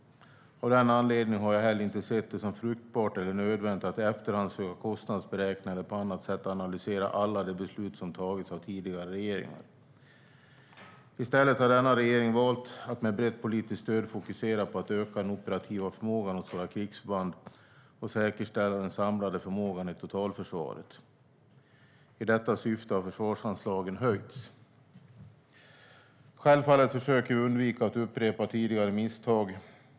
Av den anledningen har jag inte heller sett det som fruktbart eller nödvändigt att i efterhand söka kostnadsberäkna eller på annat sätt analysera alla de beslut som har fattats av tidigare regeringar. I stället har denna regering valt att med brett politiskt stöd fokusera på att öka den operativa förmågan hos våra krigsförband och säkerställa den samlade förmågan i totalförsvaret. I detta syfte har försvarsanslagen höjts. Självfallet försöker vi undvika att upprepa tidigare misstag.